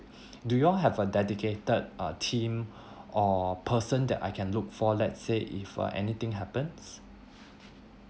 do you all have a dedicated uh team or person that I can look for let's say if uh anything happens